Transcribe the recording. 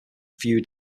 few